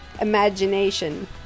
imagination